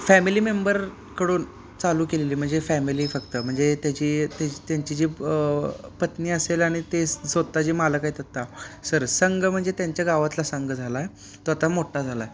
family मेंबरकडून चालू केलेली म्हणजे फॅमिली फक्त म्हणजे त्याची त्यांची जी पत्नी असेल आणि ते स्वत जे मालक आहेत आत्ता सर संघ म्हणजे त्यांच्या गावातला संघ झाला तो आता मोठा झाला आहे